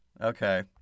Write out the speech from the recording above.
okay